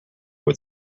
were